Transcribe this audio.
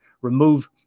remove